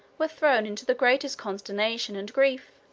were thrown into the greatest consternation and grief.